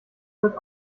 wird